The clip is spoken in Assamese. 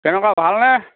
কেনেকুৱা ভালনে